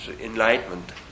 enlightenment